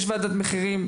יש ועדת מחירים,